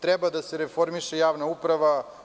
Treba da se reformiše javna uprava.